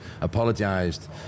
apologised